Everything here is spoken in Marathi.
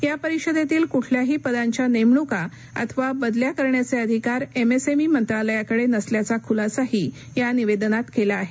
या परिषदेतील कुठल्याही पदांच्या नेमणुका अथवा बदल्या करण्याचे अधिकार एमएसएमई मंत्रालयाकडे नसल्याचा खुलासाही या निवेदनात केला आहे